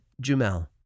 Jumel